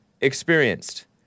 experienced